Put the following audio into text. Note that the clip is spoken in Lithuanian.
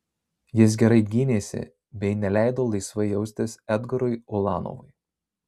jis gerai gynėsi bei neleido laisvai jaustis edgarui ulanovui